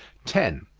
ten.